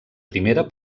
primera